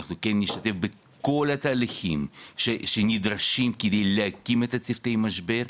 אנחנו נשתתף בכל התהליכים שנדרשים כדי להקים את צוותי המשבר,